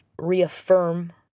reaffirm